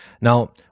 Now